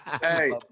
Hey